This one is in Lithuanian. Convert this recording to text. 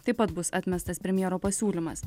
taip pat bus atmestas premjero pasiūlymas